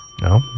No